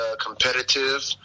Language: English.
competitive